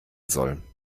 soll